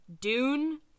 Dune